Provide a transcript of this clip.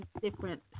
different